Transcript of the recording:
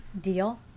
deal